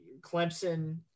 Clemson